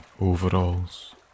overalls